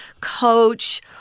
coach